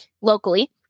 locally